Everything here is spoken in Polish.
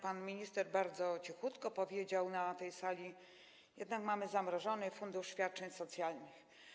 Pan minister bardzo cichutko powiedział na tej sali, że jednak mamy zamrożony fundusz świadczeń socjalnych.